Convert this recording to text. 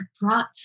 brought